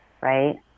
right